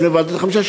לפני ועדת החמישה,